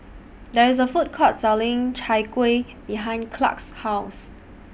There IS A Food Court Selling Chai Kueh behind Clark's House